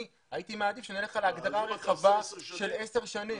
אני הייתי מעדיף שנלך על ההגדרה הרחבה של עשר שנים.